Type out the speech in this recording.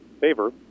favor